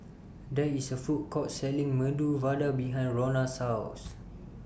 There IS A Food Court Selling Medu Vada behind Ronna's House